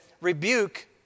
rebuke